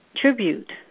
tribute